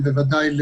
ובוודאי,